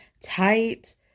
tight